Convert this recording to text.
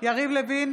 יריב לוין,